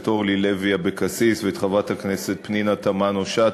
אורלי לוי אבקסיס ואת חברת הכנסת פנינה תמנו-שטה